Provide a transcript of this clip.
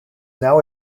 now